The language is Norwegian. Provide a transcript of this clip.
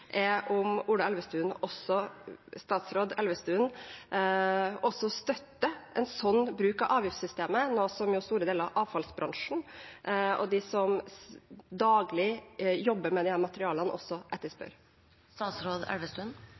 er om statsråd Ola Elvestuen også støtter en sånn bruk av avgiftssystemet, noe store deler av avfallsbransjen og de som daglig jobber med disse materialene, også